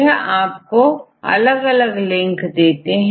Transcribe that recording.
यह आपको अलग अलग लिंक देते हैं